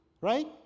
Right